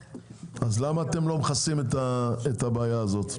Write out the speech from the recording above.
למה אתם לא מכסים את הבעיה הזאת?